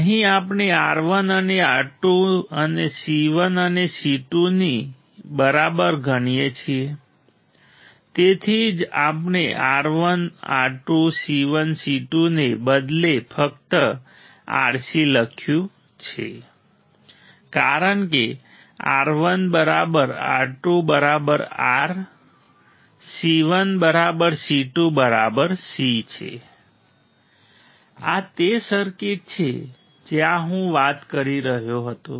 અહીં આપણે R1 ને R2 અને C1 ને C2 ની બરાબર ગણીએ છીએ તેથી જ આપણે R1 R2 C1 C2 ને બદલે ફક્ત R C લખ્યું છે કારણ કે R1R2R C1C2C છે આ તે સર્કિટ છે જ્યાં હું વાત કરી રહ્યો હતો